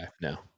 no